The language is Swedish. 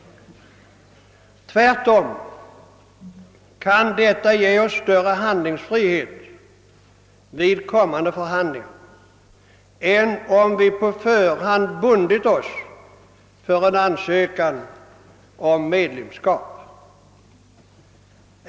Tvärtom kan vi genom denna formulering av vår ansökan få större handlingsfrihet vid kommande förhandlingar än om vi i förväg bundit oss för en bestämd form av ansökan om medlemskap.